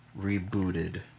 rebooted